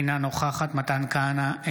אינה נוכחת מתן כהנא,